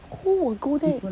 who will go there